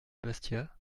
bastia